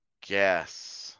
guess